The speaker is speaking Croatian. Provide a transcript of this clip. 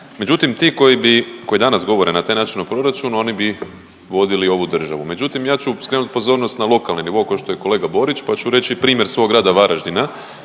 koji bi, koji danas govore na taj način o proračunu oni bi vodili ovu državu. Međutim ja ću skrenut pozornost na lokalni nivo košto je kolega Borić, pa ću reći i primjer svog grada Varaždina